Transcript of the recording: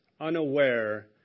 unaware